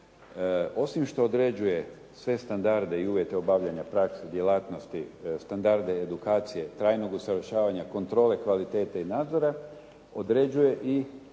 Osim što određuje sve standarde i uvjete obavljanja prakse, djelatnosti, standarde edukacije, trajnog usavršavanja, kontrole kvalitete i nadzora, određuje i